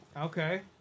Okay